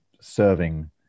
serving